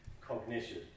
cognition